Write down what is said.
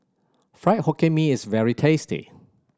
Fried Hokkien Mee is very tasty